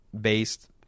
based